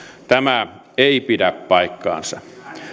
tämä ei pidä paikkaansa